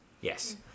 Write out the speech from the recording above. Yes